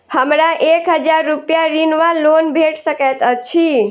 हमरा एक हजार रूपया ऋण वा लोन भेट सकैत अछि?